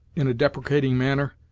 in a deprecating manner,